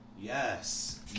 Yes